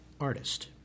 artist